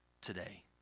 today